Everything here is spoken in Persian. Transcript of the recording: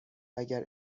اگر